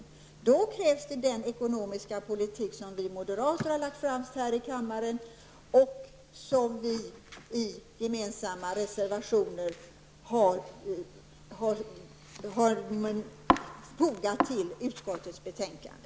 För detta krävs den ekonomiska politik som vi moderater har lagt fram här i kammaren och som vi har utvecklat i gemensamma reservationer fogade vid utskottets betänkande.